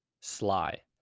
sly